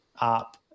up